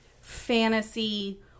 fantasy